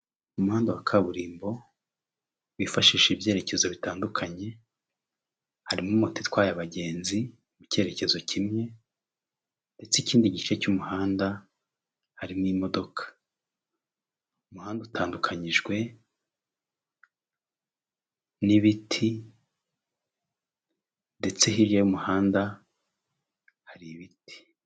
Umuhanda wa kaburimbo wifashisha ibyerekezo bitandukanye, harimo moto itwaye abagenzi mu cyerekezo kimwe ndetse n' ikindidi gice cy'umuhanda harimo imodoka. Umuhanda utandukanyijwe n'ibiti ndetse hirya y'umuhanda hari ibiti.